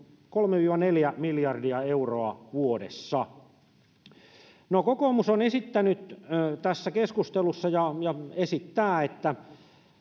kolme viiva neljä miljardia euroa vuodessa kokoomus on esittänyt tässä keskustelussa ja esittää että